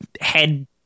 head